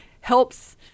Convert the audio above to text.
helps